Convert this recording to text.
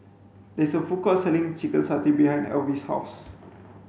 there is a food court selling chicken satay behind Alvis' house